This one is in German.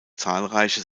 zahlreiche